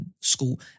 school